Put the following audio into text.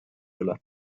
üle